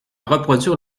reproduire